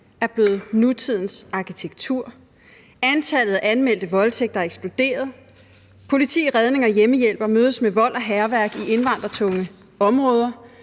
er blevet nutidens arkitektur. Antallet af anmeldte voldtægter er eksploderet. Politi, redningsfolk og hjemmehjælpere mødes med vold og hærværk i indvandrertunge områder.